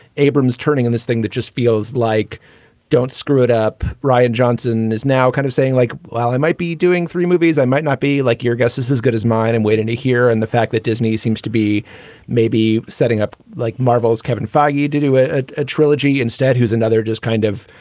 abrams turning in this thing that just feels like don't screw it up. brian johnson is now kind of saying like, well, i might be doing three movies. i might not be like, your guess is as good as mine and wait to and hear. and the fact that disney seems to be maybe setting up like marvel's kevin foggy, you do a ah ah trilogy instead, who's another just kind of,